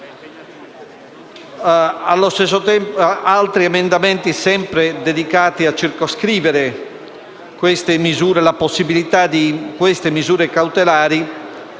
Allo stesso tempo, altri subemendamenti sempre dedicati a circoscrivere la possibilità di applicare le misure cautelari